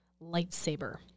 lightsaber